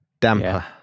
damper